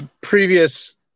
previous